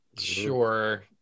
sure